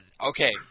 okay